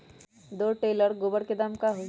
दो टेलर गोबर के दाम का होई?